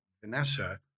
Vanessa